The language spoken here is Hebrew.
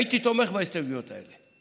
הייתי תומך בהסתייגות האלה.